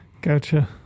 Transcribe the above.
gotcha